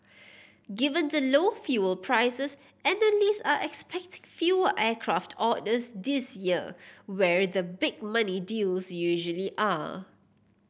given the low fuel prices analyst are expecting fewer aircraft orders this year where the big money deals usually are